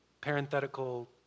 parenthetical